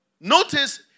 Notice